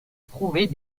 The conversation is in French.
trouver